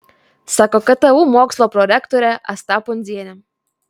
sako ktu mokslo prorektorė asta pundzienė